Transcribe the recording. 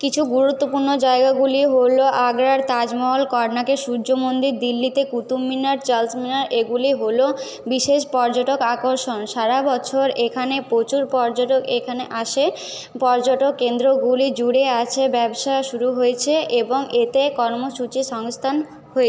কিছু গুরুত্বপূর্ণ জায়গাগুলি হলো আগ্রার তাজমহল কোণারকের সূর্যমন্দির দিল্লিতে কুতুব মিনার চার্লস মিনার এগুলি হলো বিশেষ পর্যটক আকর্ষণ সারা বছর এখানে প্রচুর পর্যটক এখানে আসে পর্যটক কেন্দ্রগুলি জুড়ে আছে ব্যবসা শুরু হয়েছে এবং এতে কর্মসূচি সংস্থান হয়